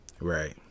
Right